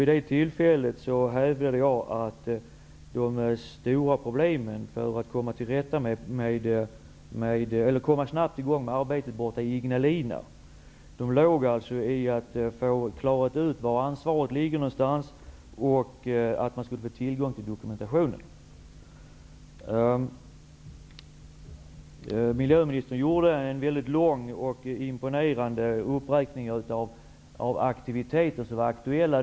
Vid det tillfället hävdade jag att de stora problemen att snabbt komma i gång med arbetet borta i Ignalina är att klara ut var ansvaret ligger och att få tillgång till dokumentationen. Miljöministern gjorde en mycket lång och imponerande uppräkning av aktiviteter som då var aktuella.